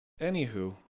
Anywho